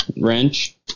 wrench